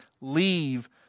leave